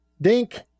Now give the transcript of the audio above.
Dink